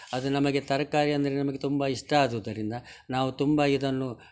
ಅದು ನಮಗೆ ತರಕಾರಿ ಅಂದರೆ ನಮಗೆ ತುಂಬ ಇಷ್ಟ ಆದುದರಿಂದ ನಾವು ತುಂಬ ಇದನ್ನು